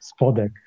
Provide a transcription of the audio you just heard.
Spodek